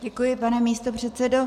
Děkuji, pane místopředsedo.